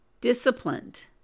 disciplined